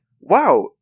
wow